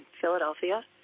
Philadelphia